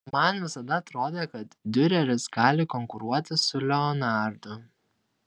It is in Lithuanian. man visada atrodė kad diureris gali konkuruoti su leonardu